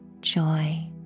joy